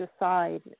decide